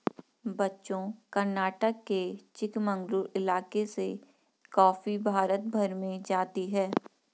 बच्चों कर्नाटक के चिकमंगलूर इलाके से कॉफी भारत भर में जाती है